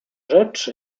rzecz